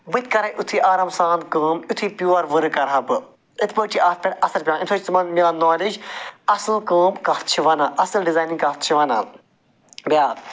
بہٕ کَرے یِتھُے آرام سان کٲم یُتھٕے پیور ؤرک کرہا بہٕ اِتھ پٲٹھۍ چھِ اتھ پٮ۪ٹھ اثر پٮ۪وان امہِ سۭتۍ چھِ اصٕل کٲم کَتھ چھِ وَنان اصٕل ڈِزاینِٛگ کَتھ چھِ وَنان بیٛاکھ